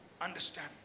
understand